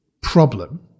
problem